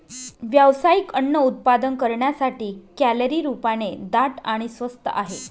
व्यावसायिक अन्न उत्पादन करण्यासाठी, कॅलरी रूपाने दाट आणि स्वस्त आहे